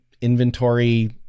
inventory